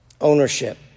ownership